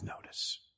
notice